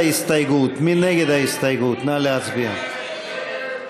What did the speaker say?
אנחנו רק נצביע על סעיף 159 ללא הסתייגויות כנוסח הוועדה בקריאה שנייה.